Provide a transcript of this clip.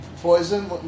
poison